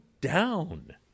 down